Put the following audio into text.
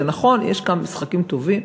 זה נכון, יש כמה משחקים טובים.